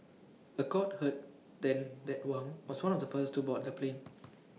A court heard then that Wang was one of the first to board the plane